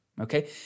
okay